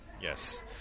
Yes